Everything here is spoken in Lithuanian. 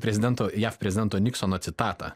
prezidento jav prezidento niksono citatą